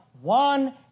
one